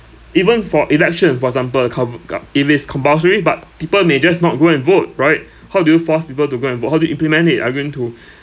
even for election for example it is compulsory but people may just not go and vote right how do you force people to go and vote how to implement it are you going to